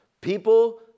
People